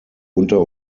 unter